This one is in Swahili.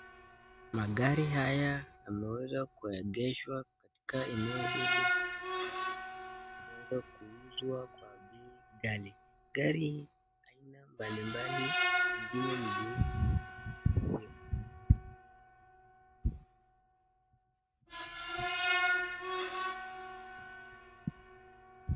Magari haya yameweza kuengeshwa katika eneo hili, ili iweze kuuzwa kwa bei ghali . Gari ya aina mbalimbali lingine ni jeusi na jeupe.